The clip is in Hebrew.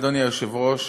אדוני היושב-ראש,